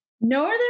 northern